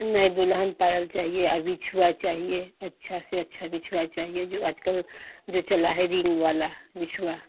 नहीं दुल्हन पायल चाहिए और बिछुवा चाहिए अच्छा से अच्छा बिछुवा चाहिए जो आजकल जो चला है रिन्ग वाला बिछुवा